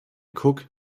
cook